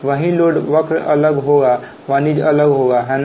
वहाँ लोड वक्र अलग होगा वाणिज्यिक अलग होगा है ना